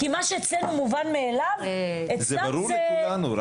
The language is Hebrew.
כי מה שאצלנו מובן לאליו אצלם זה --- זה ברור לכולנו,